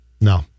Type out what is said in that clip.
No